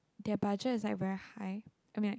their budget is like very high I mean like